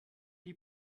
die